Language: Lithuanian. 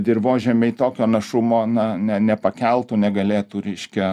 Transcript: dirvožemiai tokio našumo na ne nepakeltų negalėtų reiškia